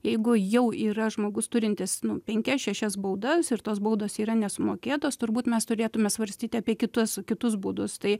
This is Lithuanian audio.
jeigu jau yra žmogus turintis nu penkias šešias baudas ir tos baudos yra nesumokėtos turbūt mes turėtume svarstyti apie kitus kitus būdus tai